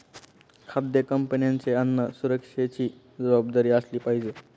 खाद्य कंपन्यांची अन्न सुरक्षेची जबाबदारी असली पाहिजे